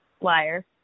Liar